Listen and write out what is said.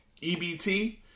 EBT